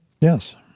Yes